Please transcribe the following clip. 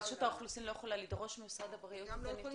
רשות האוכלוסין לא יכולה לדרוש ממשרד הבריאות את הנתונים?